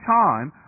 time